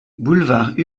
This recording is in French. boulevard